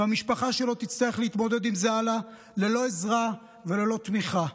המשפחה שלו תצטרך להתמודד עם זה הלאה ללא עזרה וללא תמיכה.